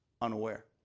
unaware